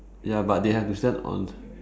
ya but they have to stand on